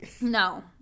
No